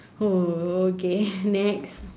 oh okay next